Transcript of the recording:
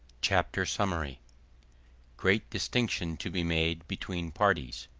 chapter summary great distinction to be made between parties